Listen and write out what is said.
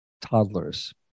toddlers